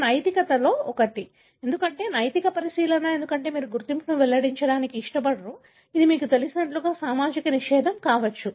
ఇది నైతికతలో ఒకటి ఎందుకంటే నైతిక పరిశీలన ఎందుకంటే మీరు గుర్తింపును వెల్లడించడానికి ఇష్టపడరు అది మీకు తెలిసినట్లుగా సామాజిక నిషేధం కావచ్చు